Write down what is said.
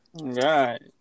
right